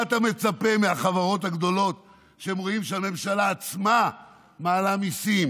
מה אתה מצפה מהחברות הגדולות כשהן רואות שהממשלה עצמה מעלה מיסים